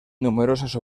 numerosas